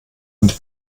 und